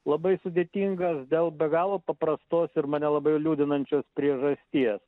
labai sudėtingas dėl be galo paprastos ir mane labai liūdinančios priežasties